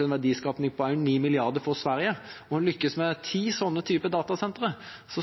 med en verdiskaping på 9 mrd. kr, og en lykkes med ti sånne typer datasentre,